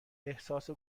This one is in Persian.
احساس